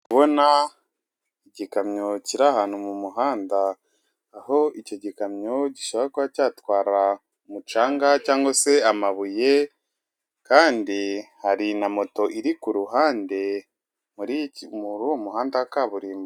Kubona igikamyo kiri ahantu mu muhanda aho icyo gikamyo gishobora kuba cyatwara umucanga cyangwa se amabuye kandi hari na moto iri ku ruhande muri muhanda wa kaburimbo.